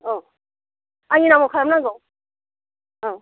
औ आंनि नामाव खालामनांगौ औ